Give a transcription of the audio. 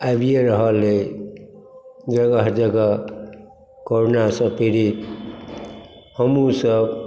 आइबियै रहल अछि जगह जगह करोना सऽ पीड़ित हमहुँ सभ